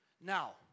Now